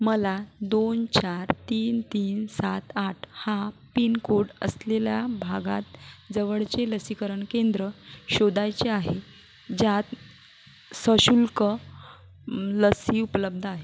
मला दोन चार तीन तीन सात आठ हा पिनकोट असलेल्या भागात जवळचे लसीकरण केंद्र शोधायचे आहे ज्यात सशुल्क लशी उपलब्ध आहे